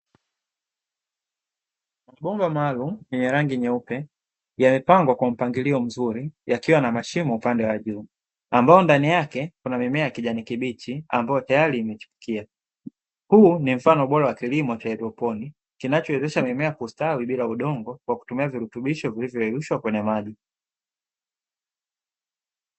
Mabomba maalum yenye rangi nyeupe yamepangwa kwa mpangilio mzuri yakiwa na mashimo upande wa juu, ambao ndani yake kuna mimea kijani kibichi ambayo tayari imechipukia. Huu ni mfano bora wa kilimo cha haidroponi kinachowezesha mimea kustawi bila udongo kwa kutumia virutubisho vilivyoyeyushwa kwenye maji